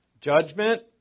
judgment